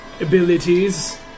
abilities